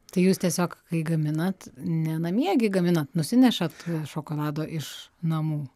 tai jūs tiesiog kai gaminat ne namie gi gaminat nusinešat šokolado iš namų